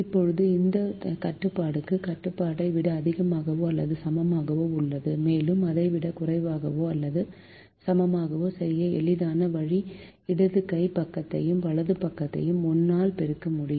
இப்போது இந்த கட்டுப்பாடு கட்டுப்பாட்டை விட அதிகமாகவோ அல்லது சமமாகவோ உள்ளது மேலும் அதை விட குறைவாகவோ அல்லது சமமாகவோ செய்ய எளிதான வழி இடது கை பக்கத்தையும் வலது புறத்தையும் 1 ஆல் பெருக்க வேண்டும்